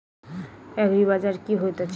एग्रीबाजार की होइत अछि?